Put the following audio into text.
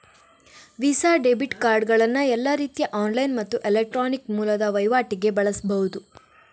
visa debit ಕಾರ್ಡುಗಳನ್ನ ಎಲ್ಲಾ ರೀತಿಯ ಆನ್ಲೈನ್ ಮತ್ತು ಎಲೆಕ್ಟ್ರಾನಿಕ್ ಮೂಲದ ವೈವಾಟಿಗೆ ಬಳಸ್ಬಹುದು